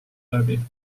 läbi